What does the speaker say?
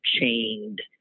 chained